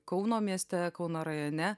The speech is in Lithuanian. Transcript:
kauno mieste kauno rajone